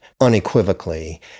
unequivocally